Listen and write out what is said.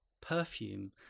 Perfume